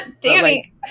Danny